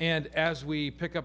and as we pick up